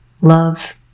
love